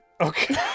okay